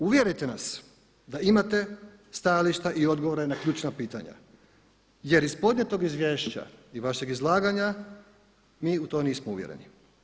Uvjerite nas da imate stajališta i odgovore na ključna pitanja, jer iz podnijetog izvješća i vašeg izlaganja mi u to nismo uvjereni.